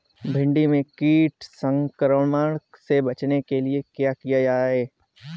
भिंडी में कीट संक्रमण से बचाने के लिए क्या किया जाए?